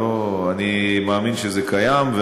אני מאמין שזה קיים,